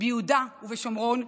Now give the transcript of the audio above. ביהודה ושומרון,